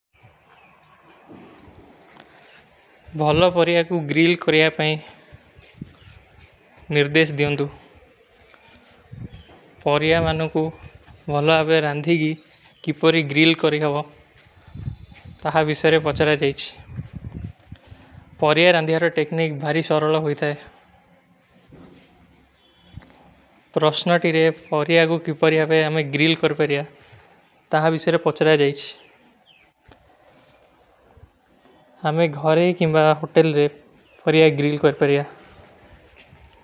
ବହଲା ପରିଯା କୋ ଗ୍ରିଲ କରିଯା ପାଈ ନିର୍ଦେଶ ଦିଯୋଂଦୁ। ପରିଯା ମୈଂନୋ କୋ ବହଲା ଆପକା ରାଂଧୀ ଗୀ କି ପରି ଗ୍ରିଲ କରିଯାବା। ତହାଁ ଇସେରେ ପଚରା ଜାଈଚ। ପରିଯା ରାଂଧିଯାର ଟେକ୍ନିକ ଭାରୀ ସରଲା ହୋଈ ଥାଈ। ପରିଯା କୋ ଗ୍ରିଲ କରିଯା ପାଈ ନିର୍ଦେଶ ଦିଯୋଂଦୁ। ତହାଁ ଇସେରେ ପଚରା ଜାଈଚ। ହମେଂ ଘରେ କୀମା ହୋଟେଲ ପରିଯା ଗ୍ରିଲ କର ପରିଯା।